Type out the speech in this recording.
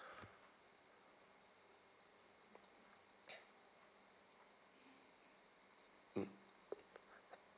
mm